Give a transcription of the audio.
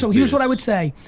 so here's what i would say.